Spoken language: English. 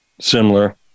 similar